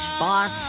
Spark